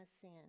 sin